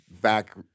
Back